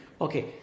Okay